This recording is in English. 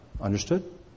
Understood